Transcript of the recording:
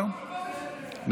התשפ"ג 2023,